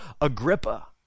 Agrippa